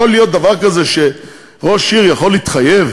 יכול להיות דבר כזה שראש עיר יכול להתחייב